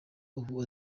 ubu